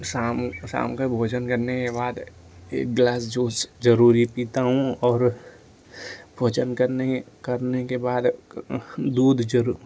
शाम शाम का भोजन करने के बाद एक ग्लास जूस जरूर ही पीता हूँ और भोजन करने करने के बाद दूध जरूर